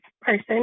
person